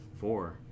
Four